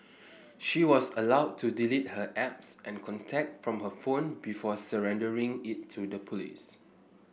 she was allowed to delete her apps and contacts from her phone before surrendering it to the police